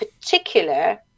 particular